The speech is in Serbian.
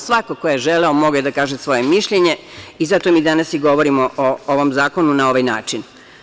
Svako ko je želeo mogao je da kaže svoje mišljenje i zato mi danas i govorimo o ovom zakonu na ovaj način.